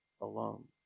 alone